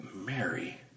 Mary